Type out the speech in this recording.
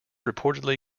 reportedly